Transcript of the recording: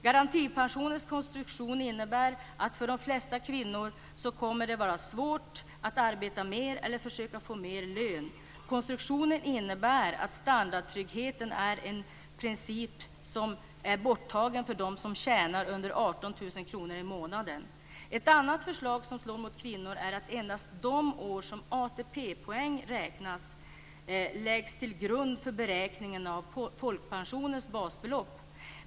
Garantipensionens konstruktion innebär att för de flesta kvinnorna kommer det att vara svårt att arbeta mer eller att försöka få mer lön. Konstruktionen innebär att standardtryggheten i princip är borttagen för dem som tjänar under 18 000 kronor i månaden. Ett annat förslag som slår mot kvinnor är att endast de år för vilka ATP-poäng räknas läggs till grund för beräkningen av folkpensionens basbelopp.